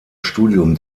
studium